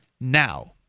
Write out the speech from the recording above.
now